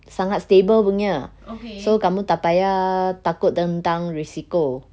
sangat stable punya so kamu tak payah takut tentang risiko